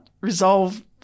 resolve